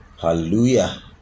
hallelujah